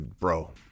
bro